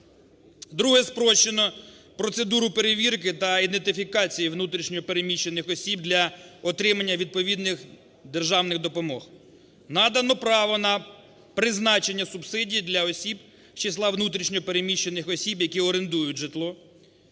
Друге. Спрощено процедуру перевірки та ідентифікації внутрішньо переміщених осіб для отримання відповідних державних допомог. Надано право на призначення субсидій для осіб з числа внутрішньо переміщених осіб, які орендують житло.